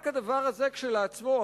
רק הדבר הזה כשלעצמו,